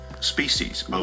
species